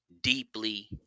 deeply